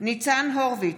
ניצן הורוביץ,